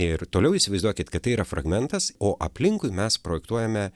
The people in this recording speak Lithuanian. ir toliau įsivaizduokit kad tai yra fragmentas o aplinkui mes projektuojame